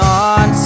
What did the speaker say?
on